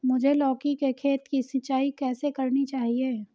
मुझे लौकी के खेत की सिंचाई कैसे करनी चाहिए?